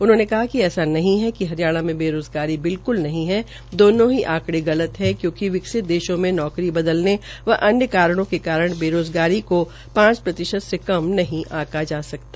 उन्होंने कहा कि ऐसा नहीं है कि हरियाणा में बेरोज़गारी बिल्क्ल नहीं है दोनों ही आंकड़े गलत है क्यूंकि विकसित देशों में नौकरी बदलने व अन्य कारणों के कारण बेरोज़गारी को गलत पांच प्रतिशत से कम नहीं आंका जा सकता